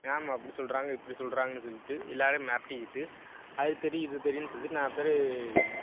ma'am அப்படி சொல்கிறாங்க இப்படி சொல்கிறாங்கனு சொல்லிகிட்டு எல்லாேரையும் மிரட்டிக்கிட்டு அது தெரியும் இது தெரியும் சொல்லிகிட்டு நான் சரி